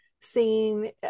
seeing